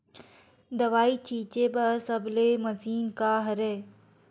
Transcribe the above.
दवाई छिंचे बर सबले मशीन का हरे?